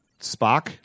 Spock